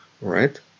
right